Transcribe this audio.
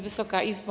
Wysoka Izbo!